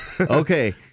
Okay